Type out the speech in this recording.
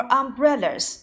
umbrellas